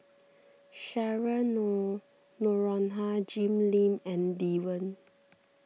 Cheryl nor Noronha Jim Lim and Lee Wen